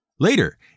Later